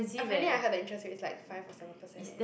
apparently I heard the interest rate is like five or seven percent eh